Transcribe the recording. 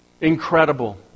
incredible